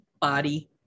body